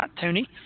Tony